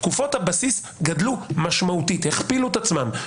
תקופות הבסיס גדלו משמעותית; הכפילו את עצמן.